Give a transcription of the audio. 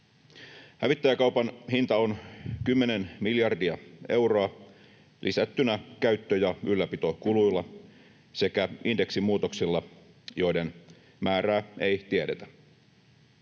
Hävittäjäkaupan hinta on 10 miljardia euroa lisättynä käyttö‑ ja ylläpitokuluilla sekä indeksin muutoksilla, joiden määrää ei tiedetä.